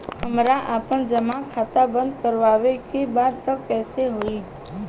हमरा आपन जमा खाता बंद करवावे के बा त कैसे होई?